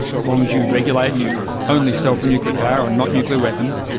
as long as you regulate and you only sell for nuclear power and not nuclear weapons.